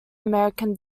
american